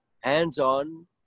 Hands-on